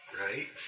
right